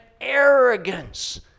arrogance